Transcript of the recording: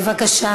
בבקשה.